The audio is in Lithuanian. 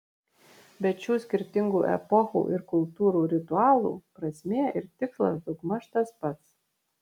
bet šių skirtingų epochų ir kultūrų ritualų prasmė ir tikslas daugmaž tas pats